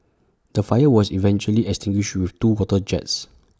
the fire was eventually extinguished with two water jets